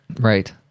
right